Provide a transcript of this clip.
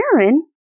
Aaron